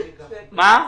צריך להקריא.